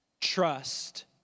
trust